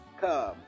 come